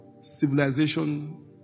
civilization